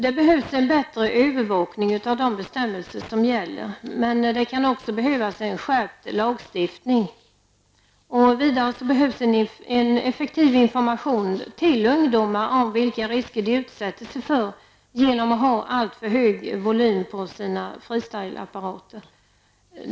Det behövs en bättre övervakning av de bestämmelser som gäller, men det kan också behövas en skärpt lagstiftning. Vidare behövs en effektiv information till ungdomar om vilka risker de utsätter sig för genom att ha alltför hög volym på sina free-styleapparater.